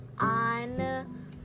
on